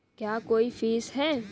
क्या कोई फीस है?